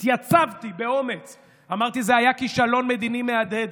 התייצבתי באומץ ואמרתי שזה היה כישלון מדיני מהדהד.